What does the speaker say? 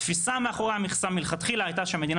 התפיסה מאחורי המכסה מלכתחילה הייתה שהמדינה